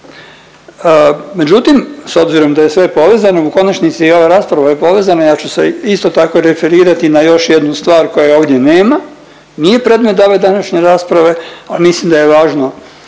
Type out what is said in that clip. Međutim, s obzirom da je sve povezano u konačnici i ova rasprava je povezana, ja ću se isto tako referirati na još jednu stvar koje ovdje nema, nije predmet ove današnje rasprave, a mislim da je važno